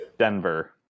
denver